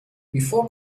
before